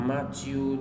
Matthew